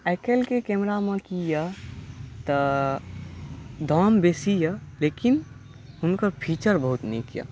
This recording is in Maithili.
आइकाल्हि के कैमरामे की यऽ तऽ दाम बेसी यऽ लेकिन हुनकर फीचर बहुत नीक यऽ